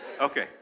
Okay